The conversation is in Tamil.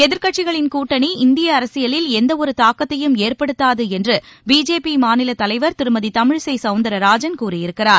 எதிர்க்கட்சிகளின் கூட்டணி இந்திய அரசியலில் எந்தத் தாக்கத்தையும் ஏற்படுத்தாது என்று பிஜேபி மாநிலத் தலைவர் திருமதி தமிழிசை சவுந்தரராஜன் கூறியிருக்கிறார்